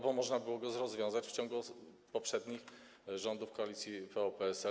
Bo można było go rozwiązać w ciągu poprzednich rządów, koalicji PO-PSL.